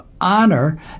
honor